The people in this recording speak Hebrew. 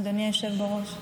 אדוני היושב בראש.